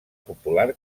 popular